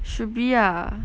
should be ah